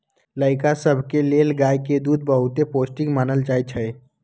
लइका सभके लेल गाय के दूध बहुते पौष्टिक मानल जाइ छइ